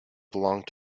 belonged